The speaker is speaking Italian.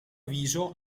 avviso